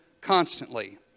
constantly